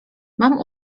mam